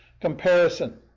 comparison